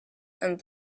and